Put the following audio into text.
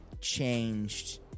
changed